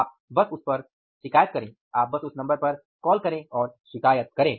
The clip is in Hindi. आप बस उस नंबर पर कॉल करें